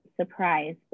surprise